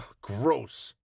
gross